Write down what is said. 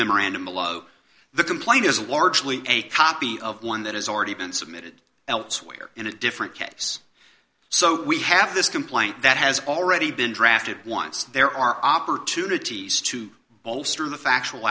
memorandum below the complaint is a largely a copy of one that has already been submitted elsewhere in a different case so we have this complaint that has already been drafted once there are opportunities to bolster the factual